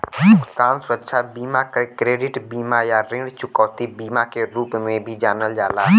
भुगतान सुरक्षा बीमा के क्रेडिट बीमा या ऋण चुकौती बीमा के रूप में भी जानल जाला